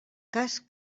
cas